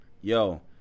Yo